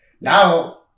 now